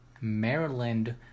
Maryland